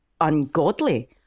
ungodly